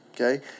Okay